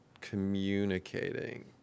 communicating